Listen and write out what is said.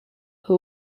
who